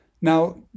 Now